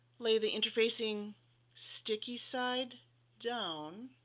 lay the interfacing sticky side down,